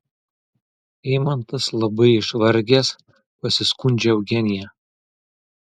eimantas labai išvargęs pasiskundžia eugenija